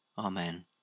Amen